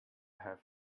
have